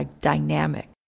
dynamic